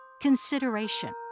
consideration